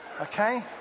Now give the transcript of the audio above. okay